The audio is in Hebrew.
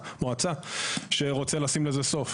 גם בכביש מהיר אין בכל 50 מטרים שלט שאסור לנסוע.